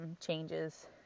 changes